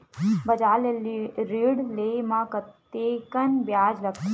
बजार ले ऋण ले म कतेकन ब्याज लगथे?